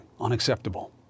Unacceptable